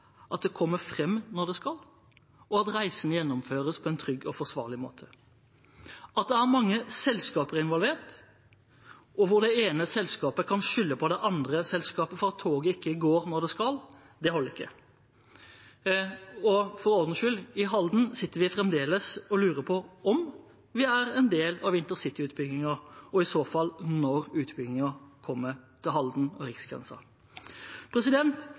kommer fram når det skal, og at reisen gjennomføres på en trygg og forsvarlig måte. At mange selskaper er involvert, og at det ene selskapet kan skylde på det andre når toget ikke går når det skal, holder ikke. For ordens skyld: I Halden sitter vi fremdeles og lurer på om vi er en del av InterCity-utbyggingen, og i så fall når utbyggingen kommer til Halden og